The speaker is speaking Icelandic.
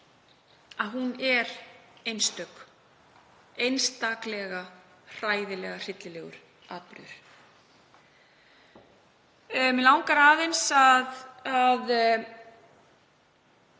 að hún er einstök, einstaklega hræðilega hryllilegur atburður. Mig langar aðeins að